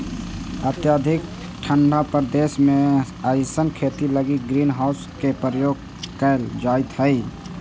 अत्यधिक ठंडा प्रदेश में अइसन खेती लगी ग्रीन हाउस के प्रयोग कैल जाइत हइ